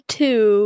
two